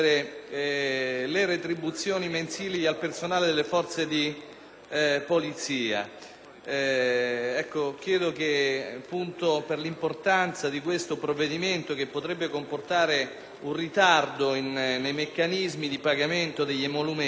di polizia. Data l'importanza di questo provvedimento, che potrebbe comportare un ritardo nei meccanismi di pagamento degli emolumenti, chiedo che il Governo sostenga